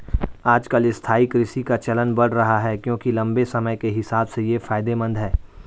आजकल स्थायी कृषि का चलन बढ़ रहा है क्योंकि लम्बे समय के हिसाब से ये फायदेमंद है